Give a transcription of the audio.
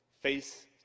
face